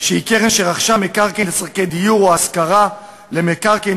נוספים למתחמים המיועדים לדיור להשכרה ארוכת טווח,